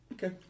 Okay